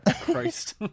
Christ